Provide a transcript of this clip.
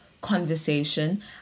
conversation